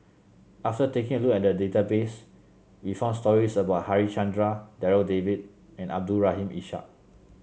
after taking a look at database we found stories about Harichandra Darryl David and Abdul Rahim Ishak